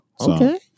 Okay